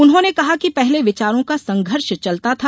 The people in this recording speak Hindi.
उन्होंने कहा कि पहले विचारों का संघर्ष चलता था